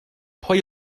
pwy